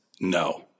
No